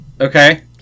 Okay